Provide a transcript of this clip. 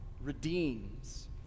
redeems